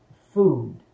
food